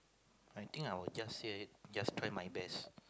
I think would just say just try my best